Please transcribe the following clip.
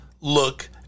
look